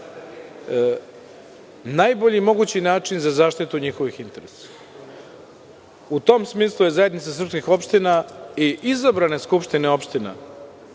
najbolji mogući način za zaštitu njihovih interesa. U tom smislu je zajednica srpskih opština i izabrane Skupštine opština